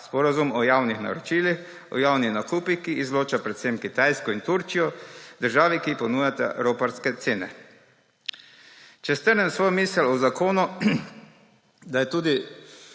sporazum o javnih naročilih, o javnih nakupih, ki izloča predvsem Kitajsko in Turčijo, državi, ki ponujata roparske cene. Če strnem svojo misel o zakonu, da četudi